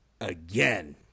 again